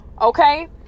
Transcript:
okay